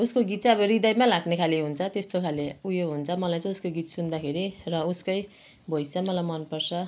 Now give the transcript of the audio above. उसको गीत चाहिँ अब हृदयमा लाग्ने खाले हुन्छ त्यस्तो खाले उयो हुन्छ मलाई चाहिँ उसको गीत सुन्दाखेरि र उसकै भोइस चाहिँ मलाई मनपर्छ